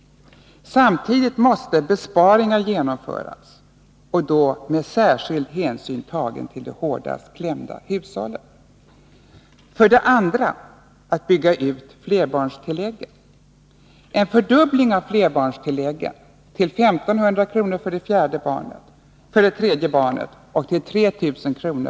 Samtidigt måste besparingar genomföras och då särskilt med hänsyn tagen till de hårdast klämda hushållen. För det andra att bygga ut flerbarnstillägget. En fördubbling av flerbarns tillägget till 1500 kr. för det tredje barnet och till 3 000 kr.